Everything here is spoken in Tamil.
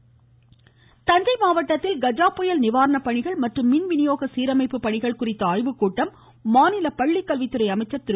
செங்கோட்டையன் தஞ்சை மாவட்டத்தில் கஜா புயல் நிவாரண பணிகள் மற்றும் மின் விநியோகம் சீரமைப்பு பணிகள் குறித்த ஆய்வு கூட்டம் மாநில பள்ளிக்கல்வித்துறை அமைச்சா் திரு